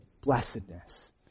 blessedness